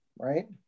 right